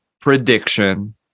prediction